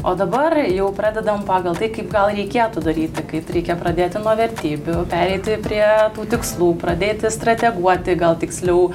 o dabar jau pradedam pagal tai kaip gal reikėtų daryti kaip reikia pradėti nuo vertybių pereiti prie tų tikslų pradėti strateguoti gal tiksliau